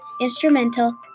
instrumental